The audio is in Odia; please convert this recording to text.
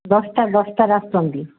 ଦଶଟା ଦଶଟାରେ ଆସୁଛନ୍ତି